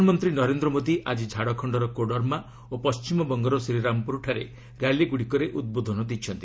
ପ୍ରଧାନମନ୍ତ୍ରୀ ନରେନ୍ଦ୍ର ମୋଦି ଆଜି ଝାଡ଼ଖଣର କୋଡର୍ମା ଓ ପଣ୍ଢିମବଙ୍ଗର ଶ୍ରୀରାମପୁରଠାରେ ର୍ୟାଲିଗୁଡ଼ିକରେ ଉଦ୍ବୋଧନ ଦେଇଛନ୍ତି